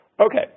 Okay